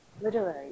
literary